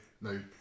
no